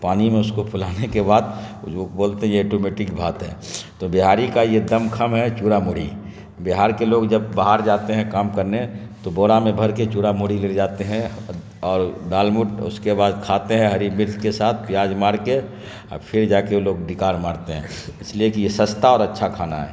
پانی میں اس کو پھلانے کے بعد وہ بولتے یہ آٹومیٹک بھات ہے تو بہاری کا یہ دم خم ہے چوڑا موڑی بہار کے لوگ جب باہر جاتے ہیں کام کرنے تو بورا میں بھر کے چوڑا موڑی لے کے جاتے ہیں اور دال موٹھ اس کے بعد کھاتے ہیں ہری مرچ کے ساتھ پیاز مار کے اور پھر جا کے وہ لوگ ڈکار مارتے ہیں اس لیے کہ یہ سستا اور اچھا کھانا ہے